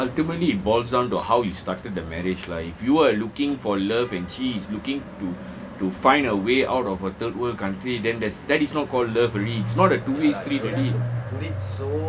ultimately it boils down to how you started the marriage lah if you are looking for love and she is looking to to find a way out of a third world country then there's that is not called love already it's not a two way street already